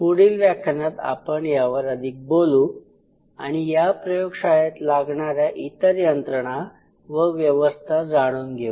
पुढील व्याख्यानात आपण यावर अधिक बोलू आणि या प्रयोगशाळेत लागणाऱ्या इतर यंत्रणा व व्यवस्था जाणून घेऊ